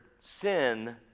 sin